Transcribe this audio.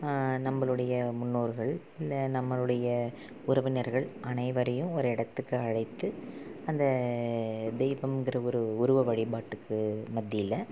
நம்மளுடைய முன்னோர்கள் இல்லை நம்மளுடைய உறவினர்கள் அனைவரையும் ஒரு இடத்துக்கு அழைத்து அந்த தெய்வம்ங்கிற ஒரு உருவ வழிபாட்டுக்கு மத்தியில்